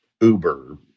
Uber